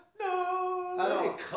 No